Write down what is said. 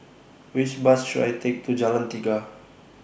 Which Bus should I Take to Jalan Tiga